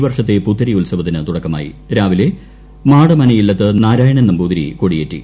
വർഷത്തെ പുത്തരി ഉത്സവത്തിന് രാവിലെ മാടമനയില്ലത്ത് നാരായണൻ നമ്പൂതിരി കൊടിയേറ്റി